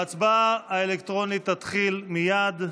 ההצבעה האלקטרונית תתחיל מייד.